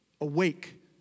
Awake